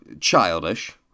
childish